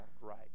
right